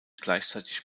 gleichzeitig